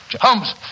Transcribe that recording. Holmes